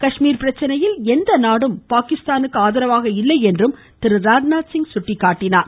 காஷ்மிர் பிரச்னையில் எந்தநாடும் பாகிஸ்தானுக்கு ஆதரவாக இல்லை என்றும் திரு ராஜ்நாத் சிங் சுட்டிக்காட்டினார்